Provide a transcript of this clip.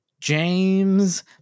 James